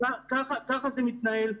ככה זה מתנהל.